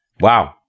Wow